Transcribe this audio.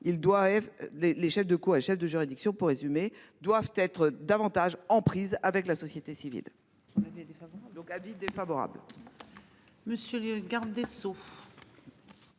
les chefs de cour et chefs de juridiction pour résumer doivent être davantage en prise avec la société civile.